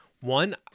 one